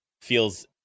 feels